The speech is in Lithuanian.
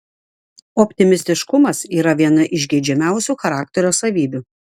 optimistiškumas yra viena iš geidžiamiausių charakterio savybių